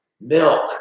milk